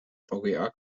vga